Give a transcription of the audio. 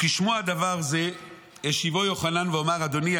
"וכשמוע דבר זה השיבו יוחנן: אדוני,